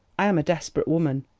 i am a desperate woman.